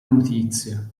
notizie